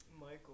Michael